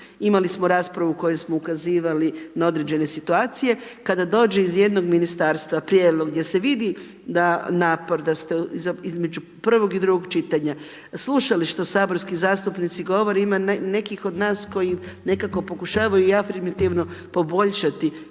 imali smo raspravu u kojoj smo ukazivali na određene situacije. Kada dođe iz jednog ministarstva prijedlog gdje se vidi napor da ste između prvog i drugog čitanja slušali što saborski zastupnici govore, ima nekih od nas koji nekako pokušavaju i afirmativno poboljšati